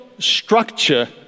structure